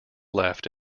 left